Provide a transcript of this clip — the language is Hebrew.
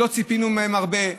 שלא ציפינו מהן הרבה,